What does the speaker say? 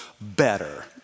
better